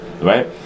right